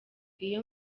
iyo